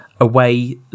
away